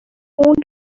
only